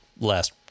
last